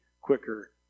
quicker